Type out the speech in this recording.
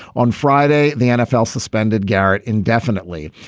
on friday the nfl suspended garrett indefinitely.